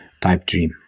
TypeDream